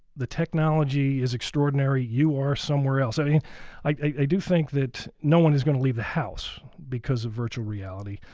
technology is extraordinary. you are somewhere else. i mean i do think that no one is going to leave the house because of virtual reality.